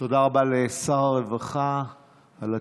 תודה רבה לשר הרווחה על התשובה.